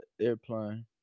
airplane